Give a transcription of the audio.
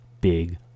big